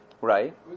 right